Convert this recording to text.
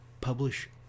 publish